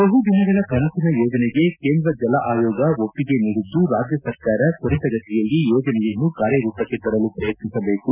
ಬಹುದಿನಗಳ ಕನಸಿನ ಯೋಜನೆಗೆ ಕೇಂದ್ರ ಜಲ ಆಯೋಗ ಒಪ್ಪಿಗೆ ನೀಡಿದ್ದು ರಾಜ್ಯ ಸರ್ಕಾರ ತ್ವರಿತಗತಿಯಲ್ಲಿ ಯೋಜನೆಯನ್ನು ಕಾರ್ಯರೂಪಕ್ಕೆ ತರಲು ಪ್ರಯತ್ನಿಸಬೇಕು